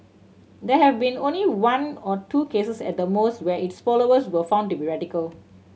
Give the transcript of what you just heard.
there have been only one or two cases at the most where its followers were found to be radical